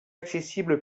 accessible